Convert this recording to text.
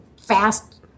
fast